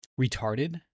retarded